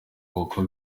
kuko